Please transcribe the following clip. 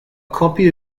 copy